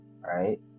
right